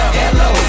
hello